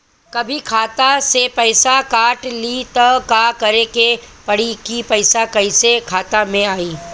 कभी खाता से पैसा काट लि त का करे के पड़ी कि पैसा कईसे खाता मे आई?